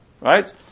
right